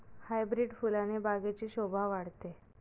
hybrid फुलाने बागेची शोभा वाढते